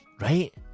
right